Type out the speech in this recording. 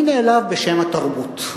אני נעלב בשם התרבות,